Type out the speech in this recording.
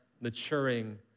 maturing